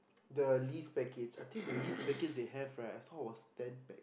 the least package I think the least package they have right I saw was ten pack